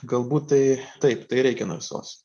galbūt tai taip tai reikia narsos